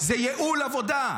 זה ייעול עבודה,